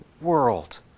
world